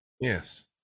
yes